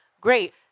Great